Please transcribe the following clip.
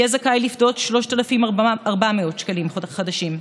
יהיה זכאי לפדות 3,400 שקלים חדשים.